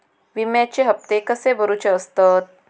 विम्याचे हप्ते कसे भरुचे असतत?